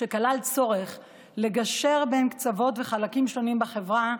שכלל צורך לגשר בין קצוות וחלקים שונים בחברה,